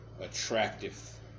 attractive